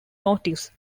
notice